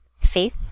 Faith